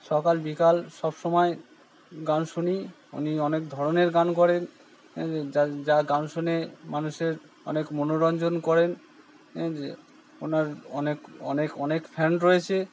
সকাল বিকাল সবসময় গান শুনি উনি অনেক ধরণের গান করেন যা গান শুনে মানুষের অনেক মনোরঞ্জন করেন ওনার অনেক অনেক অনেক ফ্যান রয়েছে